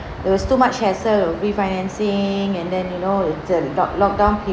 it was too much hassle refinancing and then you know the lock locked down